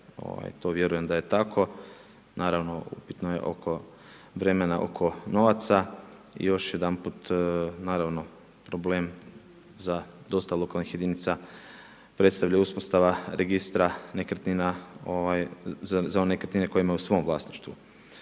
To vjerujem da je to. Naravno upitno je oko vremena, oko novaca. I još jedanput naravno, problem za dosta lokalnih jedinica predstavlja uspostava registra nekretnina, za nekretnine koje imaju u svom vlasništvu.